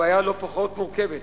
הבעיה לא פחות מורכבת.